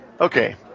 okay